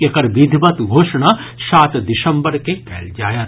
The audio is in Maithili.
एकर विधिवत घोषणा सात दिसंबर के कयल जायत